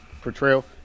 portrayal